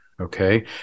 okay